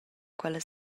quella